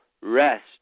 rest